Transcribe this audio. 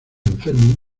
enfermo